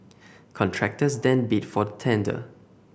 contractors then bid for the tender